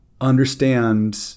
understand